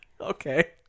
okay